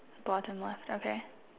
bottom left okay